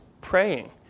praying